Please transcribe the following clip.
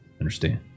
understand